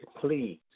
please